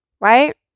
right